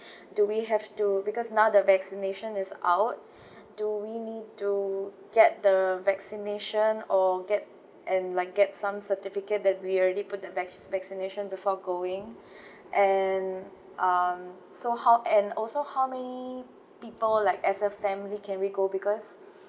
do we have to because now the vaccination is out do we need to get the vaccination or get and like get some certificate that we already put the vacci~ vaccination before going and um so how and also how many people like as a family can we go because